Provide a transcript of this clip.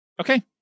Okay